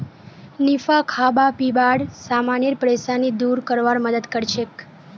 निफा खाबा पीबार समानेर परेशानी दूर करवार मदद करछेक